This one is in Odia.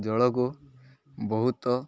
ଜଳକୁ ବହୁତ